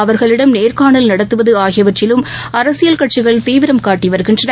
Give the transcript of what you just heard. அவர்களிடம் நேர்காணல் நடத்துவதுஆகியவற்றிலும் அரசியல் கட்சிகள் தீவிரம் காட்டிவருகின்றன